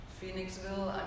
Phoenixville